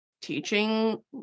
teaching